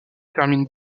termine